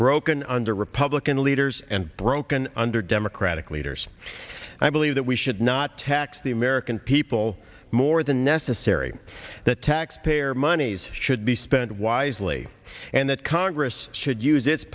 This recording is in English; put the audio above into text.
broken under republican leaders and broken under democratic leaders i believe that we should not tax the american people more than necessary the taxpayer monies should be spent wisely and that congress should use